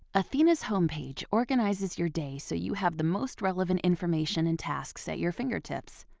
athena's home page organizes your day so you have the most relevant information and tasks at your fingertips.